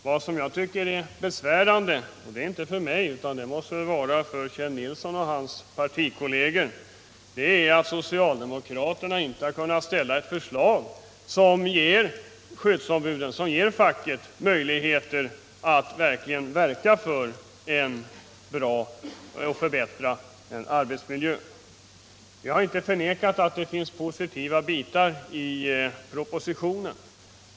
Vad som möjligen är besvärande — men inte för mig utan för Kjell Nilsson och hans partikolleger — är att socialdemokraterna inte har kunnat ställa ett förslag som ger skyddsombuden och facket reella möjligheter att verka för en förbättrad arbetsmiljö. Jag har inte förnekat att det finns positiva bitar i propositionen.